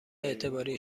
اعتباری